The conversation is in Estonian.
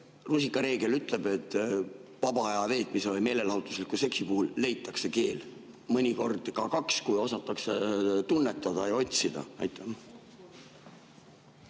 rusikareegel ütleb, et vaba aja veetmise või meelelahutusliku seksi puhul leitakse keel, mõnikord ka kaks, kui osatakse tunnetada ja otsida. Tänan,